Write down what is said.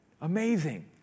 Amazing